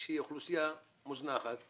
כאוכלוסייה מוזנחת